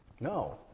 No